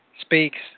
speaks